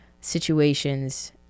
situations